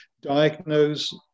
diagnose